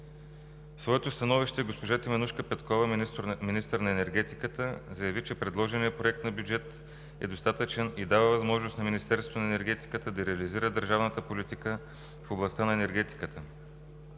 В своето становище госпожа Теменужка Петкова – министър на енергетиката, заяви, че предложеният проект на бюджет е достатъчен и дава възможност на Министерството на енергетиката да реализира държавната политика в областта на енергетиката.